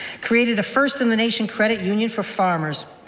created a first-in-the-nation credit union for farmers.